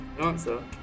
Answer